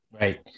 Right